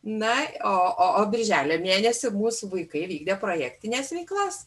na o o birželio mėnesį mūsų vaikai vykdė projektines veiklas